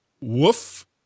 woof